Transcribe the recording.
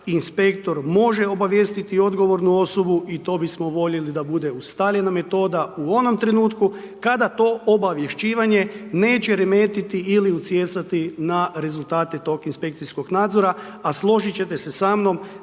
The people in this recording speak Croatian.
inspektor može obavijestiti odgovornu osobu i to bismo voljeli da bude ustaljena metoda u onom trenutku kada to obavješćivanje neće remetiti ili utjecati na rezultate toga inspekcijskog nadzora, a složiti ćete se sa mnom